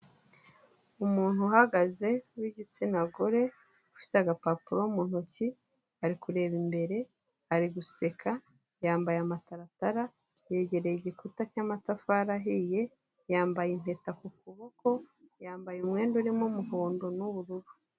Umuntu uhagaze w'igitsina gore ufite agapapuro mu ntoki ari kureba imbere ari guseka yambaye amataratara yegereye igikuta cy'amatafari ahiye, yambaye impeta ku kuboko yambaye umwenda urimo umuhondo n'ubururu.